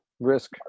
Risk